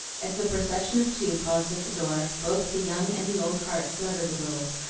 as the procession of two paused at the door, both the young and the old heart fluttered a little,